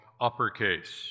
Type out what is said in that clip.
uppercase